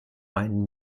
einen